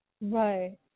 Right